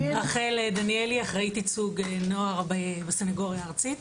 אחראית ייצוג נוער בסנגוריה הארצית.